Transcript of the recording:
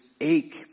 ache